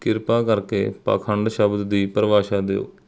ਕਿਰਪਾ ਕਰਕੇ ਪਾਖੰਡ ਸ਼ਬਦ ਦੀ ਪਰਿਭਾਸ਼ਾ ਦਿਓ